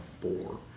four